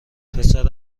پسر